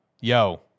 yo